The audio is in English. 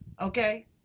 okay